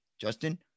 Justin